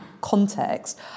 context